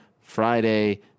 Friday